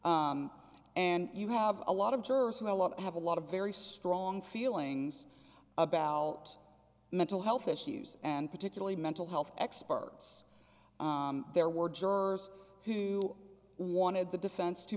who have a lot have a lot of very strong feelings about mental health issues and particularly mental health experts there were jurors who wanted the defense to